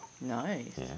Nice